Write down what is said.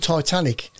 Titanic